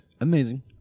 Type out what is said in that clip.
amazing